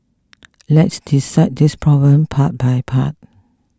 let's dissect this problem part by part